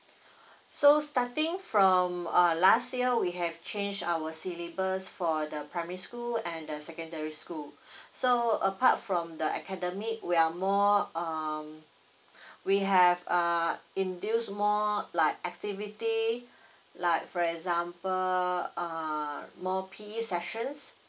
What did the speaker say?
so starting from err last year we have changed our syllabus for the primary school and the secondary school so apart from the academic we are more um we have err induce more like activity like for example uh more P_E sessions